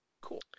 Cool